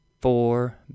four